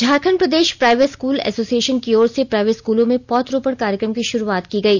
झारखंड प्रदेश private school association की ओर से प्राइवेट स्कूलों में पौधरोपण कार्यक्रम की शुरुआत की गई